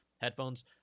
headphones